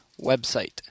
website